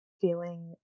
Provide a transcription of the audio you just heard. feeling